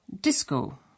disco